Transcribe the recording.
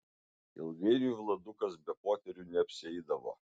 ilgainiui vladukas be poterių neapsieidavo